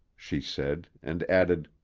she said, and added,